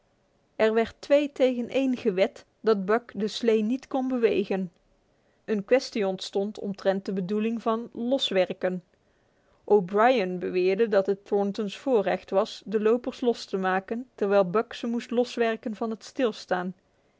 er werd twee tegen één gewed dat buck de slee niet kon bewegen een kwestie ontstond omtrent de bedoeling van loswerken o'brien beweerde dat het thornton's voorrecht was de lopers los te maken terwijl buck ze moest loswerken van het stilstaan